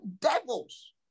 devils